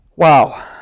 Wow